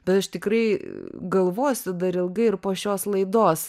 bet aš tikrai galvosiu dar ilgai ir po šios laidos